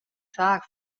saak